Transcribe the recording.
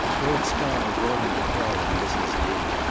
lord skye brought him to call on mrs. lee,